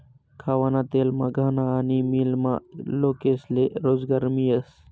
खावाना तेलना घाना आनी मीलमा लोकेस्ले रोजगार मियस